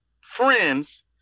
friends